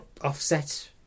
offset